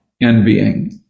envying